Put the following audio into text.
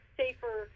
safer